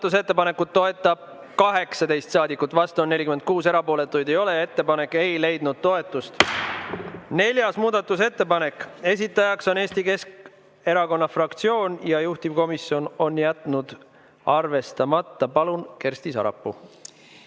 Ettepanekut toetab 18 saadikut, vastu on 44 ja erapooletuid ei ole. Ettepanek ei leidnud toetust.21. muudatusettepanek, esitaja on Eesti Keskerakonna fraktsioon, juhtivkomisjon on jätnud arvestamata. Kersti Sarapuu,